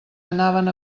anaven